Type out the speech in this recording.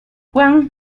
juan